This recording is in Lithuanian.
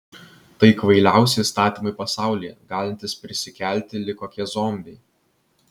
tai kvailiausi įstatymai pasaulyje galintys prisikelti lyg kokie zombiai